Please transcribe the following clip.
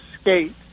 skate